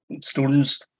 students